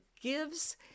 gives